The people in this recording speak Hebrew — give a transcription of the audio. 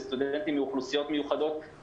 אלו סטודנטים מאוכלוסיות מיוחדות,